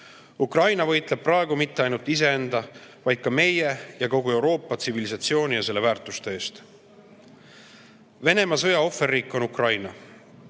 Ukraina võitleb praegu mitte ainult iseenda, vaid ka meie ja kogu Euroopa tsivilisatsiooni ja selle väärtuste eest. Venemaa sõja ohverriik on Ukraina.